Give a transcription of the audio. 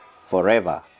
forever